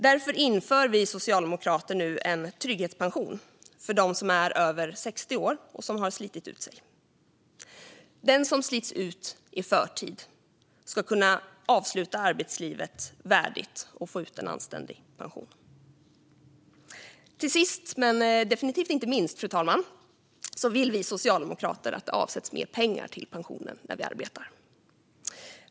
Därför inför vi socialdemokrater nu en trygghetspension för dem som är över 60 år och som har slitit ut sig. Den som slits ut i förtid ska kunna avsluta arbetslivet värdigt och få ut en anständig pension. Sist, men definitivt inte minst, fru talman, vill vi socialdemokrater att det avsätts mer pengar till pensionen när vi arbetar.